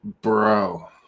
Bro